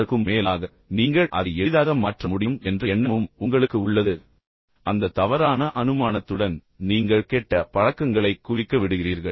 அதற்கும் மேலாக நீங்கள் அதை எளிதாக மாற்ற முடியும் என்ற எண்ணமும் உங்களுக்கு உள்ளது அந்த தவறான அனுமானத்துடன் நீங்கள் கெட்ட பழக்கங்களைக் குவிக்க விடுகிறீர்கள்